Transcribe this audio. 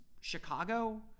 Chicago